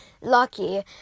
lucky